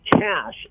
cash